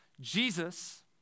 Jesus